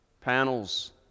panels